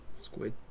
Squid